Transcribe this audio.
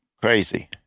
crazy